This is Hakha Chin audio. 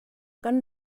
kan